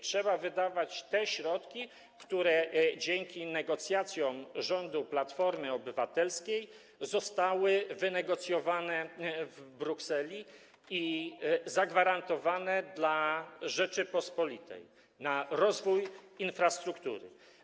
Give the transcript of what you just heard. Trzeba wydawać te środki, które dzięki negocjacjom rządu Platformy Obywatelskiej zostały wynegocjowane w Brukseli i zagwarantowane dla Rzeczypospolitej na rozwój infrastruktury.